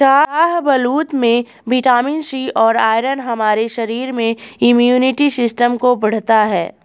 शाहबलूत में vitamin C और आयरन हमारे शरीर में इम्युनिटी सिस्टम को बढ़ता है